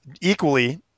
equally